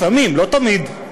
לפעמים, לא תמיד,